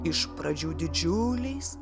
iš pradžių didžiuliais